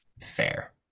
Fair